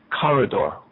corridor